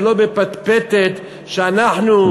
ולא בפטפטת שאנחנו,